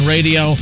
Radio